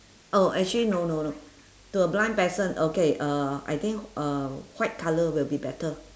oh actually no no no to a blind person okay uh I think uh white colour will be better